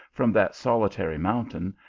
from that solitary moun tain,